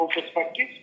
perspective